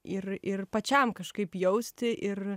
ir ir pačiam kažkaip jausti ir